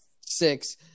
six